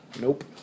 Nope